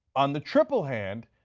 on the triple hand,